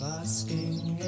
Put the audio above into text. Basking